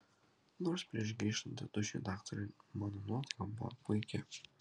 nors prieš grįžtant tėtušiui daktarui mano nuotaika buvo puiki